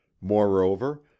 moreover